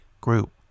group